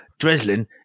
Dreslin